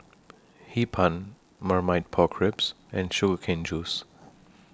Hee Pan Marmite Pork Ribs and Sugar Cane Juice